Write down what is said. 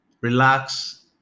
relax